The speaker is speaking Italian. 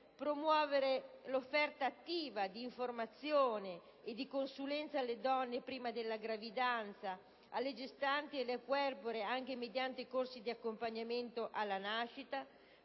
promuovere l'offerta attiva di informazione e di consulenza alle donne prima della gravidanza, alle gestanti e alle puerpere, anche mediante corsi di accompagnamento alla nascita;